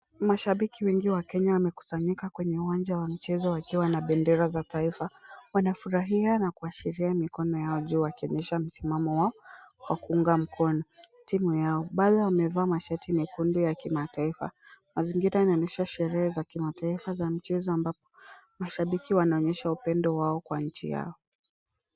Mashabiki wengi wa Kenya wamekusanyika kwenye uwanja wa michezo wakiwa na bendera za taifa, wanafurahia na kuashiria mikono yao juu wakionyesha msimamo wao wa kuunga mkono timu yao, baadhi wamevaa mashati mekundu ya kimataifa, mazingira yanaonyesha sherehe za kimataifa za mchezo ambapo mashabiki wanaonyesha upendo wao kwa nchi yao.